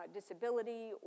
disability